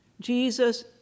Jesus